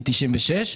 מ-96',